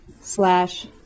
slash